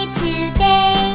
today